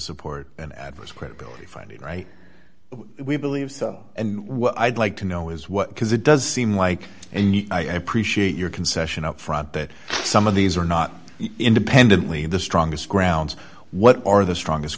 support an adverse credibility finding right we believe so and what i'd like to know is what because it does seem like and you i appreciate your concession up front that some of these are not independently the strongest grounds what are the strongest